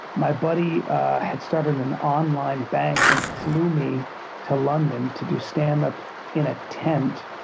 my buddy had started an online bank and flew me to london to do standup in a tent.